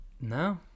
No